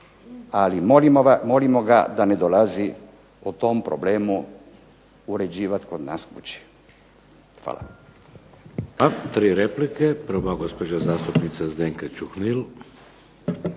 ali molimo ga da ne dolazi o tom problemu uređivati kod nas kući. Hvala.